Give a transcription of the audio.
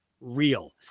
real